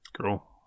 Cool